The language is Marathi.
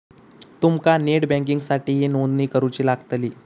तुमका नेट बँकिंगसाठीही नोंदणी करुची लागतली